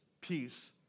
peace